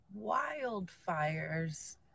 wildfires